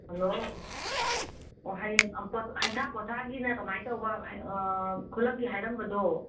hello ꯑꯣ ꯍꯌꯦꯡ ꯍꯩꯊꯥ ꯄꯣꯊꯥꯒꯤꯅ ꯀꯃꯥꯏ ꯇꯧꯕ ꯈꯨꯂꯪꯒꯤ ꯍꯥꯏꯔꯝꯕꯗꯣ